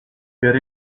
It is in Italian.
per